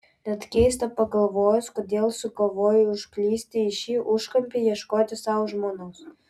net keista pagalvojus kodėl sugalvojai užklysti į šį užkampį ieškoti sau žmonos